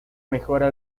mejora